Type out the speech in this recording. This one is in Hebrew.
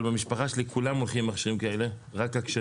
במשפחה שלי לכולם יש מכשירים כאלה כשרים.